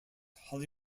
holly